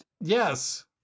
Yes